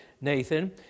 Nathan